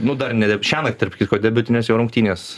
nu dar ne šiąnakt tarp kitko debiutinės jo rungtynės